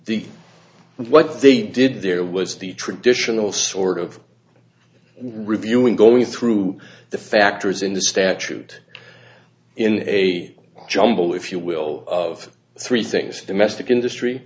the what they did there was the traditional sort of reviewing going through the factors in the statute in a jumble if you will of three things domestic industry